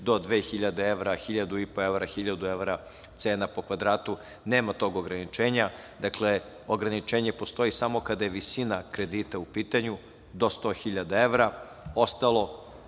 do 2.000 evra, 1.500 evra, 1.000 evra cena po kvadratu, nema tog ograničenja. Dakle, ograničenje postoji samo kada je visina kredita u pitanju do 100.000 evra,